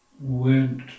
went